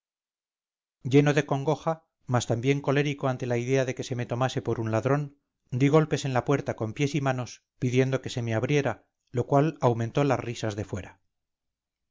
lleno de congoja mas también colérico ante la idea de que se me tomase por un ladrón di golpes en la puerta con pies y manos pidiendo que se me abriera lo cual aumentó las risas de fuera